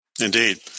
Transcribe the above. Indeed